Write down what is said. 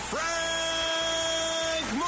Frank